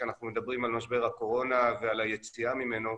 כשאנחנו מדברים על משבר הקורונה ועל היציאה ממנו,